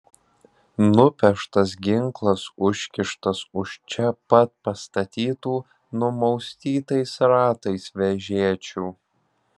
nupeštas ginklas užkištas už čia pat pastatytų numaustytais ratais vežėčių